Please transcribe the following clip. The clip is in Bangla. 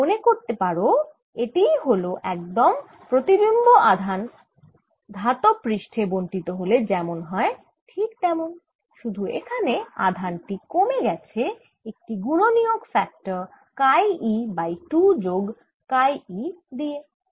যদি মনে করতে পারো এটিই হল একদম প্রতিবিম্ব আধান ধাতব পৃষ্ঠে বন্টিত হলে যেমন হয় ঠিক তেমন শুধু এখানে আধান টি কমে গেছে একটি গুণনীয়ক কাই e বাই 2 যোগ কাই e দিয়ে